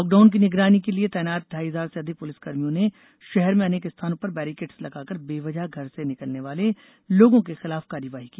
lockdown की निगरानी के लिये तैनात ढाई हजार से अधिक पुलिसकर्मियों ने शहर में अनेक स्थानों पर बेरिकेट्स लगाकर बेवजह घर से निकलने वाले लोगों के खिलाफ कार्यवाही की